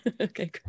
Okay